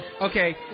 okay